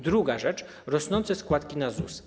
Druga rzecz to rosnące składki na ZUS.